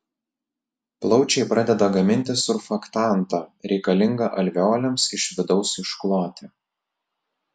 plaučiai pradeda gaminti surfaktantą reikalingą alveolėms iš vidaus iškloti